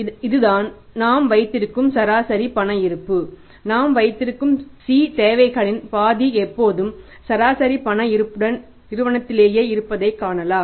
இதுதான் நாம் வைத்திருக்கும் சராசரி பண இருப்பு நாம் வைத்திருக்கும் C தேவைகளில் பாதி எப்போதும் சராசரி பண இருப்புடன் நிறுவனத்திலேயே இருப்பதைக் காணலாம்